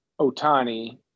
Otani